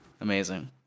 amazing